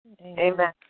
Amen